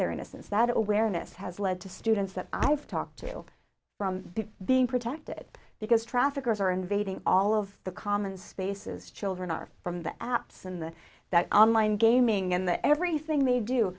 their innocence that awareness has led to students that i've talked to from being protected because traffickers are invading all of the common spaces children are from the apps and the that online gaming and that everything they do